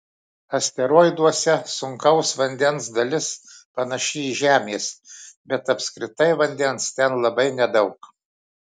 asteroiduose sunkaus vandens dalis panaši į žemės bet apskritai vandens ten labai nedaug